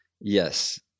yes